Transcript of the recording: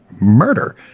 murder